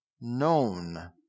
Known